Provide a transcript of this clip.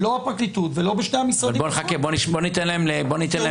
לא הפרקליטות ולא בשני המשרדים עשו את זה.